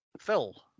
Phil